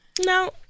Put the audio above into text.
No